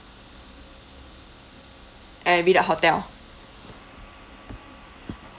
and read out hotel